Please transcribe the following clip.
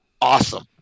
awesome